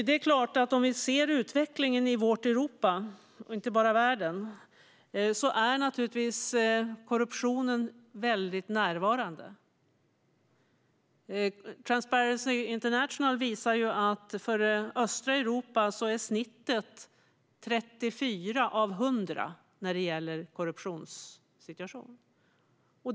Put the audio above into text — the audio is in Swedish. Det är klart att om vi tittar på utvecklingen i vårt Europa och inte bara i världen ser vi att korruptionen är väldigt närvarande. Transparency International visar att för östra Europa är snittet 34 av 100 när det gäller korruptionssituationen.